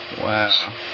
Wow